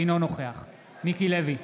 אינו נוכח מיקי לוי,